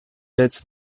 bids